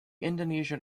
indonesian